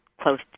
close